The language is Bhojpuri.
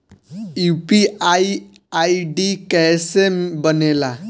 यू.पी.आई आई.डी कैसे बनेला?